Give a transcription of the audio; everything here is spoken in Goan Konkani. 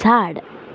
झाड